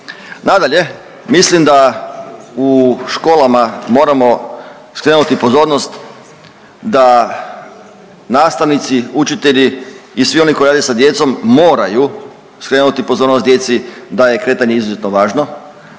Nadalje, mislim da u školama moramo skrenuti pozornost da nastavnici, učitelji i svi oni koji rade s djecom moraju skrenuti pozornost djeci da je kretanje izuzetno važno,